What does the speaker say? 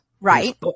Right